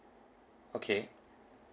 okay